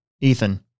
Ethan